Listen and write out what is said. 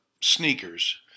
sneakers